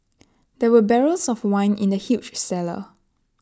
there were barrels of wine in the huge cellar